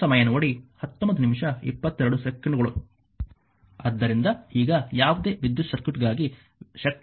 ಆದ್ದರಿಂದ ಈಗ ಯಾವುದೇ ವಿದ್ಯುತ್ ಸರ್ಕ್ಯೂಟ್ಗಾಗಿ ಶಕ್ತಿಯ ಸಂರಕ್ಷಣೆಯ ನಿಯಮವನ್ನು ಪಾಲಿಸಬೇಕು